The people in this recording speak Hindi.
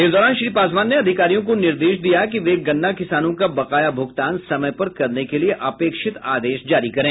इस दौरान श्री पासवान ने अधिकारियों को निर्देश दिया कि वे गन्ना किसानों का बकाया भुगतान समय पर करने के लिए अपेक्षित आदेश जारी करें